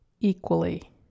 equally